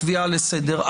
קביעה לסדר,